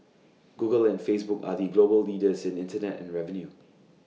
Google and Facebook are the global leaders in Internet Ad revenue